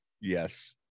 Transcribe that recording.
Yes